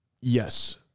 Yes